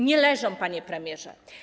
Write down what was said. Nie leżą, panie premierze.